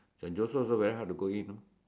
St Joseph also very hard to go in